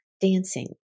dancing